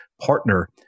partner